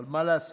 אבל מה לעשות,